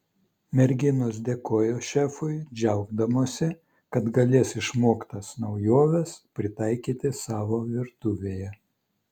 merginos dėkojo šefui džiaugdamosi kad galės išmoktas naujoves pritaikyti savo virtuvėje